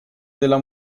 della